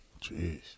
Jeez